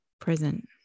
present